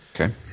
Okay